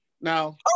Now